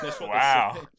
Wow